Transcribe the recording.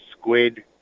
squid